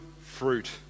fruit